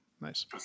Nice